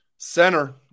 Center